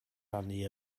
rannu